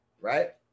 right